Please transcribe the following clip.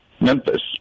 Memphis